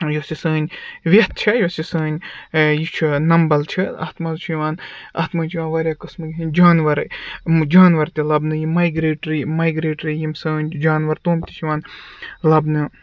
یۄس یہِ سٲنۍ وٮ۪تھ چھےٚ یۄس یہِ سٲنۍ یہِ چھُ نمبَل چھِ اَتھ مَنٛز چھُ یِوان اَتھ منٛز چھِ یِوان واریاہ قٕسمٕکۍ ہِنٛدۍ جاناوَار جاناوَار تہِ لَبنہٕ یِم مایگریٹری مایگریٹری یِم سٲنۍ جاناوَار تِم تہِ چھِ یِوان لَبنہٕ